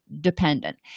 dependent